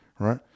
Right